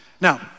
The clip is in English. Now